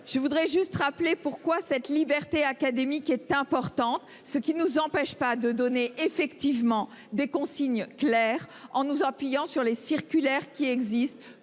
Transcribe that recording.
Je voudrais juste rappeler pourquoi cette liberté académique est importante, ce qui nous empêche pas de donner effectivement des consignes claires en nous appuyant sur les circulaires qui existent